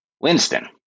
Winston